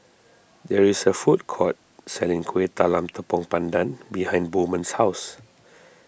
there is a food court selling Kueh Talam Tepong Pandan behind Bowman's house